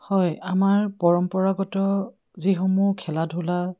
হয় আমাৰ পৰম্পৰাগত যিসমূহ খেলা ধূলা